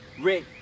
Rick